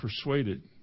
persuaded